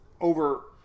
over